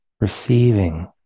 receiving